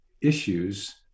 issues